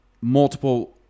multiple